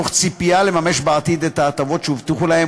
בציפייה לממש בעתיד את ההטבות שהובטחו להם